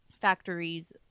factories